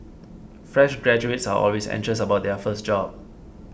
fresh graduates are always anxious about their first job